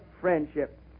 friendship